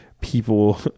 people